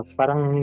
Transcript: parang